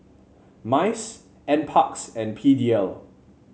MICE NParks and P D L